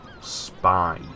spy